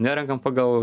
nerenkam pagal